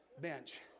bench